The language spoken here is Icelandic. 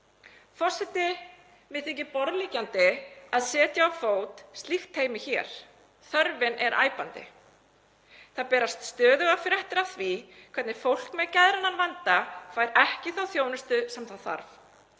Forseti. Mér þykir borðleggjandi að setja á fót slíkt teymi hér. Þörfin er æpandi. Það berast stöðugar fréttir af því hvernig fólk með geðrænan vanda fær ekki þá þjónustu sem það þarf,